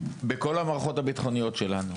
בכל המערכות הביטחוניות שלנו